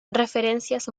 referencias